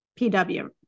PW